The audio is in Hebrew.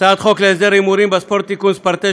הצעת חוק להסדר ההימורים בספורט (תיקון מס' 9),